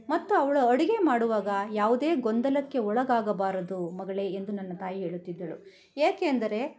ಮತ್ತು ಅವಳು ಅಡುಗೆ ಮಾಡುವಾಗ ಯಾವುದೇ ಗೊಂದಲಕ್ಕೆ ಒಳಗಾಗಬಾರದು ಮಗಳೇ ಎಂದು ನನ್ನ ತಾಯಿ ಹೇಳುತ್ತಿದ್ದಳು ಏಕೆಂದರೆ